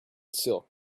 silk